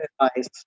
advice